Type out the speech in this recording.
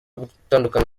gutandukana